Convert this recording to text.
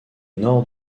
nord